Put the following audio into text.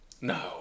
no